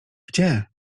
gdzie